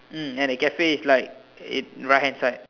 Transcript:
mm and the cafe is like it right hand side